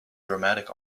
dramatic